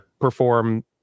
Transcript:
perform